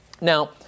Now